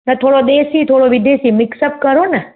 त थोरो देसी त थोरो विदेसी मिक्सअप करो न